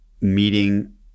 meeting